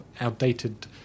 outdated